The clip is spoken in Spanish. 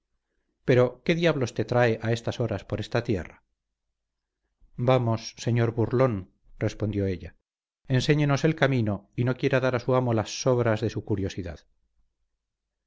pero qué diablos te trae a estas horas por esta tierra vamos señor burlón respondió ella enséñenos el camino y no quiera dar a su amo las sobras de su curiosidad